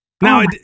Now